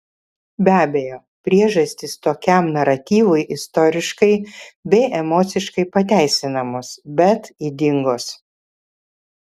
be abejo priežastys tokiam naratyvui istoriškai bei emociškai pateisinamos bet ydingos